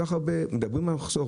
מדברים על מחסור,